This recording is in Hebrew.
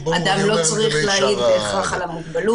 אדם לא צריך להגיד בהכרח על המוגבלות.